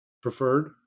preferred